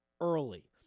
early